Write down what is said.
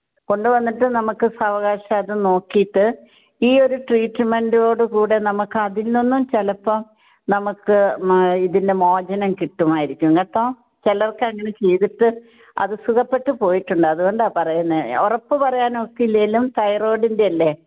കൊണ്ടുവന്നിട്ട് നമുക്ക് സാവകാശം അത് നോക്കിയിട്ട് ഈ ഒരു ട്രീറ്റ്മെൻ്റോടുകൂടെ നമുക്ക് അതിൽ നിന്നും ചിലപ്പോൾ നമുക്ക് ഇതിൻ്റെ മോചനം കിട്ടുമായിരിക്കും കേട്ടോ ചിലർക്ക് അങ്ങനെ ചെയ്തിട്ട് അത് സുഖപ്പെട്ട് പോയിട്ടുണ്ട് അതുകൊണ്ടാണ് പറയുന്നത് ഉറപ്പ് പറയാൻ ഒക്കില്ലേലും തൈറോയ്ഡിൻ്റെ അല്ലേ